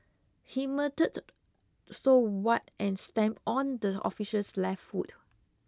he muttered so what and stamped on the officer's left foot